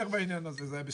בעניין הזה זה לא הצליח.